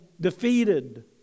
defeated